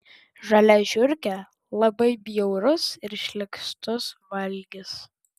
žalia žiurkė labai bjaurus ir šlykštus valgis